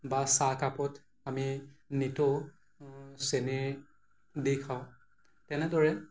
বা চাহকাপত আমি নিতৌ চেনি দি খাওঁ তেনেদৰে